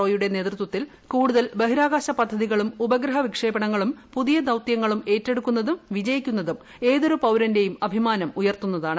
O യുടെ നേതൃത്വത്തിൽ കൂടുതൽ ബഹിരാകാശ പദ്ധതികളും ഉപഗ്രഹ വിക്ഷേപണങ്ങളും പുതിയ ദൌത്യങ്ങളും ഏറ്റെടുക്കുന്നതും വിജയിക്കുന്നതും ഏതൊരു പൌരന്റെയും അഭിമാനം ഉയർത്തുന്നതാണ്